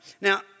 Now